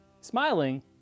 smiling